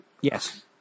Yes